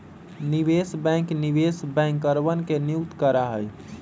निवेश बैंक निवेश बैंकरवन के नियुक्त करा हई